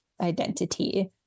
identity